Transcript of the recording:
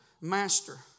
master